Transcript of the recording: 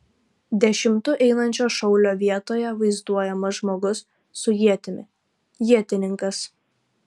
dešimtu einančio šaulio vietoje vaizduojamas žmogus su ietimi ietininkas